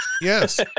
Yes